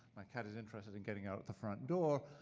my cat is interested in getting out at the front door.